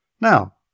Now